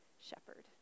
shepherd